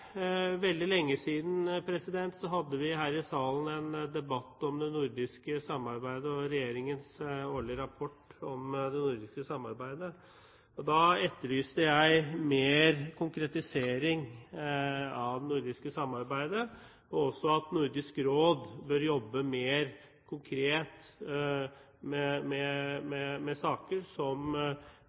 veldig lenge siden hadde vi her i salen en debatt om det nordiske samarbeidet og regjeringens årlige rapport om dette samarbeidet. Da etterlyste jeg mer konkretisering av det nordiske samarbeidet, og også at Nordisk Råd burde jobbe med saker som mer konkret berører innbyggernes hverdag og forhold som